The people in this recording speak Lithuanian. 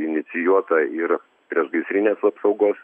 inicijuota ir priešgaisrinės apsaugos